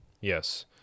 Yes